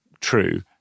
true